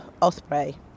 Osprey